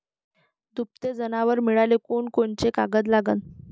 दुभते जनावरं मिळाले कोनकोनचे कागद लागन?